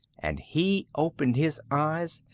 and he opened his eyes,